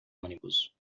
ônibus